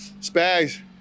Spags